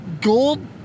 gold